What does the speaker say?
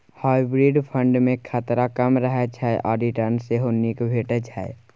hybrid fund मे खतरा कम रहय छै आ रिटर्न सेहो नीक भेटै छै